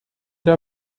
der